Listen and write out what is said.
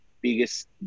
biggest